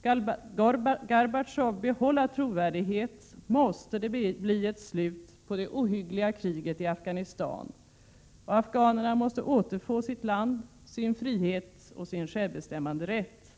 Skall Gorbatjov behålla trovärdighet måste det bli ett slut på det ohyggliga kriget i Afghanistan och afghanerna måste återfå sitt land, sin frihet och sin självbestämmanderätt.